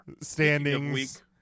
standings